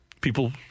People